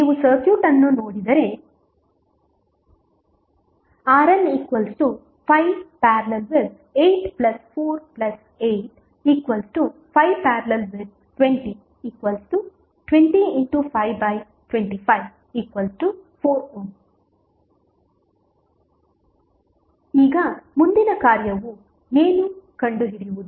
ನೀವು ಸರ್ಕ್ಯೂಟ್ ಅನ್ನು ನೋಡಿದರೆ RN5848520 205254 ಈಗ ಮುಂದಿನ ಕಾರ್ಯವು ಏನು ಕಂಡುಹಿಡಿಯುವುದು